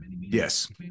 yes